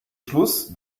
schluss